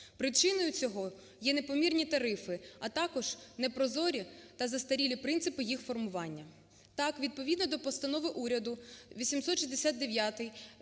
причиною цього є непомірні тарифи, а також не прозорі та застарілі принципи їх формування. Так, відповідно до Постанови уряду 869